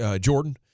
Jordan